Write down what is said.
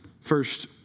First